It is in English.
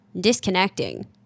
disconnecting